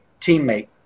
teammate